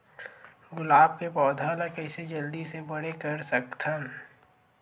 गुलाब के पौधा ल कइसे जल्दी से बड़े कर सकथन?